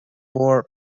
wore